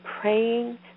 praying